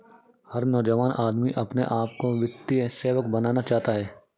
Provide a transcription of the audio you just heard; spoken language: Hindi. हर नौजवान आदमी अपने आप को वित्तीय सेवक बनाना चाहता है